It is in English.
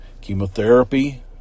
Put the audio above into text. chemotherapy